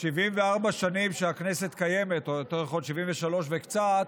ב-74 שנים שהכנסת קיימת, או יותר נכון 73 וקצת,